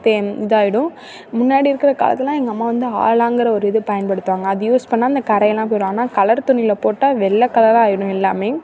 பெ இதாகிடும் முன்னாடி இருக்கிற காலத்தெலலாம் எங்கள் அம்மா வந்து ஆலாங்கிற ஒரு இது பயன்படுத்துவாங்க அது யூஸ் பண்ணிணா அந்த கறையெல்லாம் போயிடும் ஆனால் கலர் துணியில் போட்டால் வெள்ளை கலராக ஆயிடும் எல்லாமே